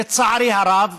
לצערי הרב,